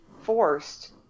forced